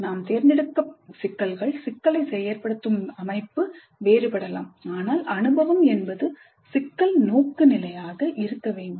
நாம் தேர்ந்தெடுக்கும் சிக்கல்கள் சிக்கலை ஏற்படுத்தும் அமைப்பு வேறுபடலாம் ஆனால் அனுபவம் என்பது சிக்கல் நோக்கு நிலையாக இருக்க வேண்டும்